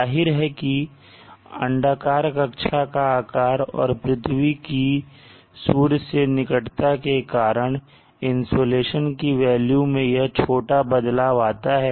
जाहिर है की अंडाकार कक्षा का आकार और पृथ्वी की सूर्य से निकटता के कारण इंसुलेशन की वेल्यू में या छोटा बदलाव आता है